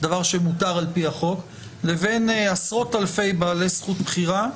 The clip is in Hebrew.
דבר שמותר על פי החוק לבין עשרות אלפי בעלי זכות בחירה,